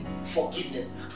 forgiveness